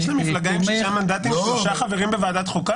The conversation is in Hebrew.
יש למפלגה עם שישה מנדטים שלושה חברים בוועדת החוקה?